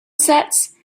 sets